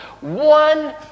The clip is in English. one